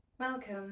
Welcome